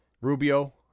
rubio